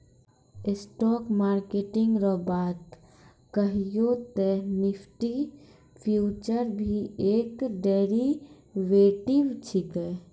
stock market रो बात कहियो ते निफ्टी फ्यूचर भी एक डेरीवेटिव छिकै